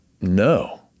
no